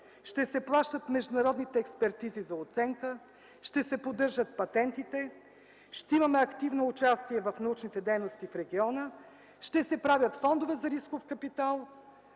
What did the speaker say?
ще се плащат международните експертизи за оценка, ще се поддържат патентите, ще имаме активно участие в научните дейности в региона, ще се правят фондове за рисков капитал